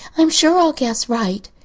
i'm sure i'll guess right.